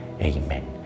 Amen